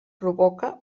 provoca